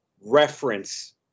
reference